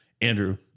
Andrew